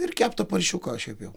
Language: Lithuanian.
ir kepto paršiuko šiaip jau